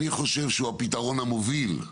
אני חושב שהוא הפתרון המוביל.